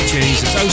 Jesus